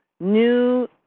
new